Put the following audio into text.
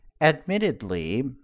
admittedly